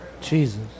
Jesus